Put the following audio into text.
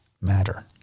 matter